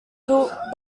built